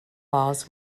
laws